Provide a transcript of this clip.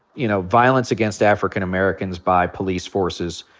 you know, violence against african americans by police forces,